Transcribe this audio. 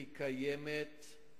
היא קיימת.